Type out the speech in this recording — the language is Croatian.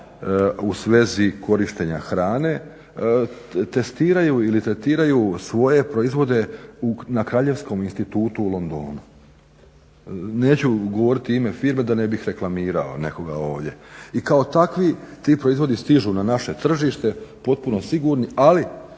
u svezi korištenja hrane testiraju ili tretiraju svoje proizvode na Kraljevskom institutu u Londonu, neću govoriti ime firme da ne bih reklamirao nekoga ovdje. I kao takvi ti proizvodi stižu na naše tržište potpuno sigurni, ali